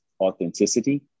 authenticity